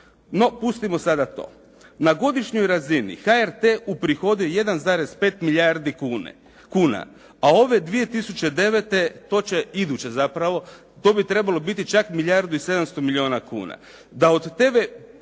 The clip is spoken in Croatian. No pustimo sada to. Na godišnjoj razini HRT uprihoduje 1,5 milijardi kuna a ove 2009. iduće zapravo to bi trebalo biti čak milijardu i 700 milijuna kuna.